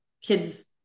kids